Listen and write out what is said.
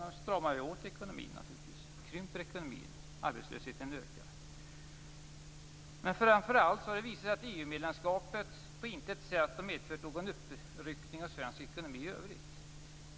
Man stramar åt ekonomin, man krymper ekonomin och arbetslösheten ökar. Men framför allt har det visat sig att EU medlemskapet på intet sätt har medfört någon uppryckning av svensk ekonomi i övrigt.